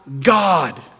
God